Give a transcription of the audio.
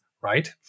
right